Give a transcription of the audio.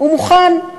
הוא מוכן.